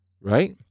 Right